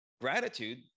gratitude